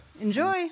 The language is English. Enjoy